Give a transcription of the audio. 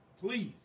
Please